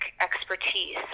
expertise